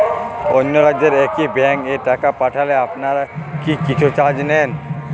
অন্য রাজ্যের একি ব্যাংক এ টাকা পাঠালে আপনারা কী কিছু চার্জ নেন?